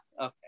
Okay